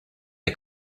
der